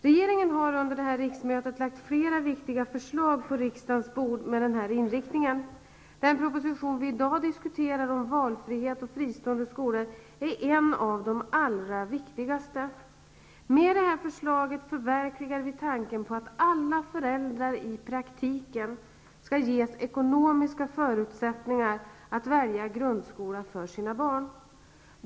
Regeringen har under detta riksmöte lagt flera viktiga förslag på riksdagens bord med den inriktningen. Den proposition vi i dag diskuterar, om valfrihet i fristående skolor, är en av de allra viktigaste. Med detta förslag förverkligar vi tanken på att alla föräldrar i praktiken skall ges ekonomiska förutsättningar att välja grundskola för sina barn.